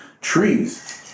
trees